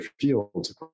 fields